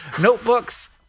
Notebooks